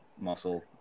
muscle